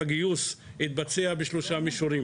הגיוס התבצע בשלושה מישורים